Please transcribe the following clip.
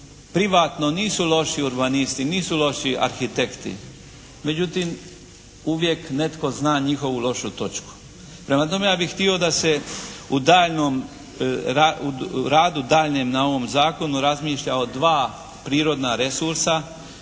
privatno nisu loši urbanisti, nisu loši arhitekti, međutim uvijek netko zna njihovu lošu točku. Prema tome, ja bih htio da se u daljnjom, radu daljnjem na ovom Zakonu razmišlja o dva prirodna resursa